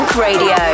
Radio